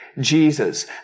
Jesus